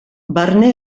barne